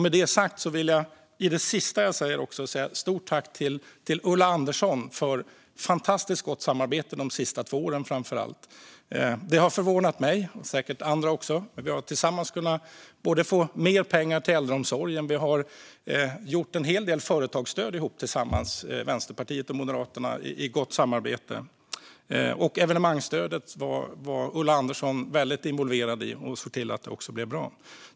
Med det sagt vill jag i det sista jag säger rikta ett stort tack till Ulla Andersson för fantastiskt gott samarbete, framför allt de senaste två åren. Det har förvånat mig och säkert också andra att vi tillsammans har kunnat få mer pengar till äldreomsorgen, och vi har gjort en hel del företagsstöd ihop tillsammans, Vänsterpartiet och Moderaterna i gott samarbete. Evenemangsstödet var Ulla Andersson väldigt involverad i och såg till att det också blev bra.